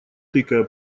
тыкая